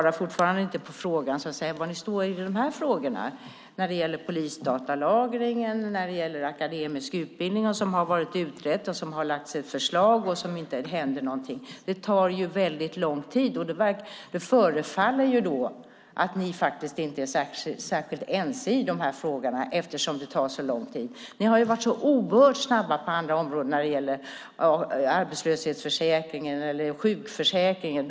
Johan Pehrson svarade inte på frågan om var de står beträffande polisdatalagringen och den akademiska utbildningen. Detta har utretts och det har också lagts fram förslag, men ingenting händer. Det tar lång tid och därför förefaller det som om alliansen inte är särskilt ense i dessa frågor. I andra frågor har de varit oerhört snabba, till exempel beträffande arbetslöshetsförsäkringen och sjukförsäkringen.